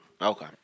Okay